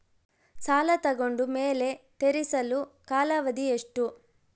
ಸಾಲ ತಗೊಂಡು ಮೇಲೆ ತೇರಿಸಲು ಕಾಲಾವಧಿ ಎಷ್ಟು?